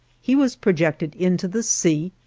he was projected into the sea,